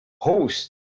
host